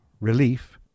relief